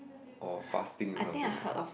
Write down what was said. or fasting or something like that